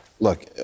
Look